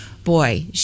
Boy